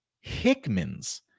Hickman's